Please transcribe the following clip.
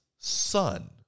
Son